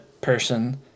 person